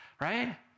right